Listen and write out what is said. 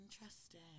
Interesting